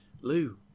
Lou